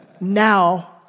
now